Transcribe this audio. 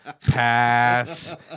pass